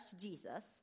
Jesus